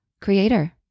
creator